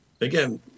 again